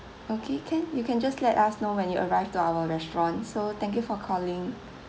okay can you can just let us know when you arrive to our restaurant so thank you for calling